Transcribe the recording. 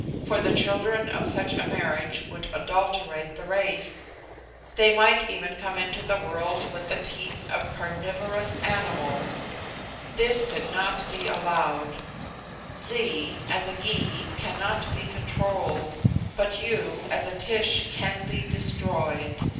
for the children of such a marriage would adulterate the race they might even come into the world with the teeth of carnivorous animals this could not be allowed zee, as a gy, cannot be controlled but you, as a tish, can be destroyed.